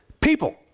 People